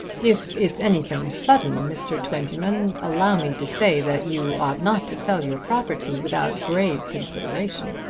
if it's anything sudden, mr. twentyman, allow me to say that you ought not to sell your property without grave consideration.